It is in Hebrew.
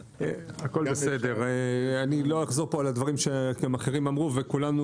אני לא אחזור פה על הדברים שאחרים אמרו וכולנו